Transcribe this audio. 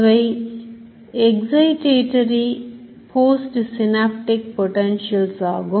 அவை excitatory postsynaptic potentials ஆகும்